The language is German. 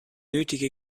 nötige